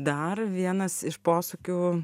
dar vienas iš posūkių